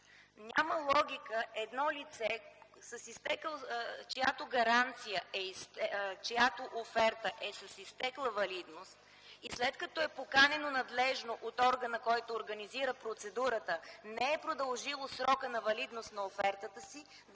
Няма логика едно лице, чиято оферта е с изтекла валидност, и след като е поканено надлежно от органа, който организира процедурата, не е продължило срока на валидност на офертата си